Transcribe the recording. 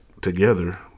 together